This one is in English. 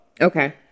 Okay